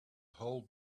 hold